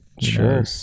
Sure